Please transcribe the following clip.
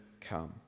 come